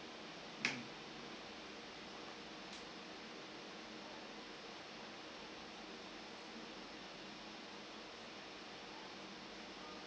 mm